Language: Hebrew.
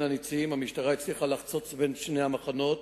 הנצים והמשטרה הצליחה לחצוץ בין שני המחנות